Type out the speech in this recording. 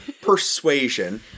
persuasion